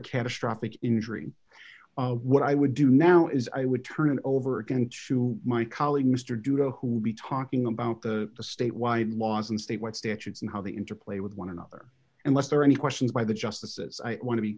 catastrophic injury what i would do now is i would turn it over again to my colleague mr du who will be talking about the state wide laws and state what statutes and how the interplay with one another and lester any questions by the justices i want to be